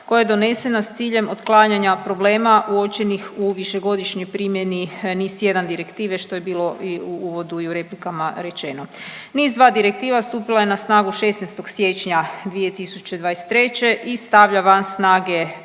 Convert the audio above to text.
koja je donesena s ciljem otklanjanja problema uočenih u višegodišnjoj primjeni NIS1 Direktive, što je bilo i u uvodu i u replikama rečeno. NIS2 Direktiva stupila je na snagu 16. siječnja 2023. i stavlja van snage